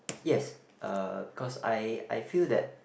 yes uh because I I feel that